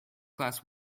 class